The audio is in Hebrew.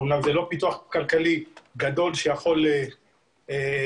אמנם זה לא פיתוח כלכלי גדול שיכול לשנות